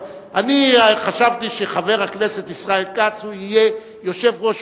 אני חשבתי שחבר הכנסת ישראל כץ יהיה יושב-ראש